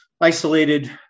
isolated